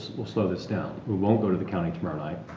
we'll slow this down. we won't go to the county tomorrow night.